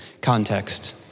Context